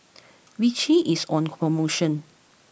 Vichy is on promotion